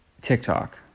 TikTok